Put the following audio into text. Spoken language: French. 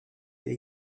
les